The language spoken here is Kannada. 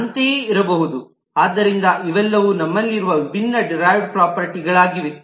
ಅಂತೆಯೇ ಇರಬಹುದು ಆದ್ದರಿಂದ ಇವೆಲ್ಲವೂ ನಮ್ಮಲ್ಲಿರುವ ವಿಭಿನ್ನ ಡಿರೈವ್ಡ್ ಪ್ರಾಪರ್ಟೀಗಳಾಗಿವೆ